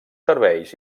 serveis